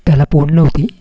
त्याला पोड नव्हती